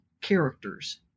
characters